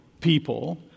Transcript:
people